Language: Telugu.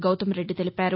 గౌతంరెడ్డి తెలిపారు